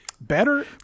better